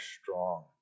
strong